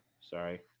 Sorry